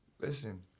Listen